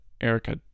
Erica